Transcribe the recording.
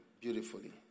beautifully